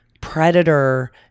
predator